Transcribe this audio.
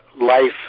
life